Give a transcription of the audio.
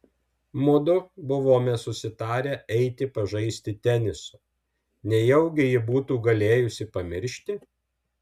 mudu buvome susitarę eiti pažaisti teniso nejaugi ji būtų galėjusi pamiršti